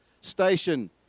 station